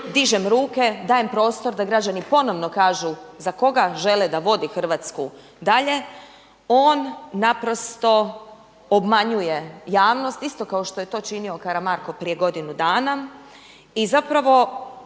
dižem ruke, dajem prostor da građani ponovno kažu za koga žele da vodi Hrvatsku dalje, on naprosto obmanjuje javnost isto kao što je to činio Karamarko prije godinu dana. I zapravo